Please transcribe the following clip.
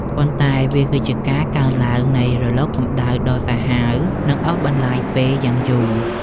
ប៉ុន្តែវាគឺជាការកើនឡើងនៃរលកកម្ដៅដ៏សាហាវ និងអូសបន្លាយពេលយ៉ាងយូរ។